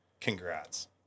Congrats